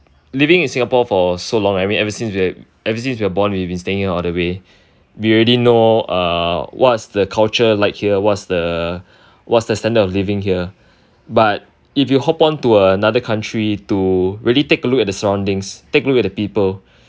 living in Singapore for so long I mean ever since ever since we are born we've been staying here all the way er already know uh what the culture like here what's what's the standard of living here but if you hop on to another country to really take a look at the surroundings take a look at the people